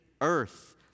earth